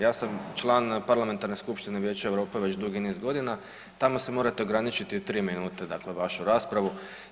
Ja sam član parlamentarne skupštine Vijeća Europe već dugi niz godina, tamo se morate ograničiti u 3 minute, dakle vašu raspravu.